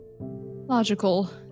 logical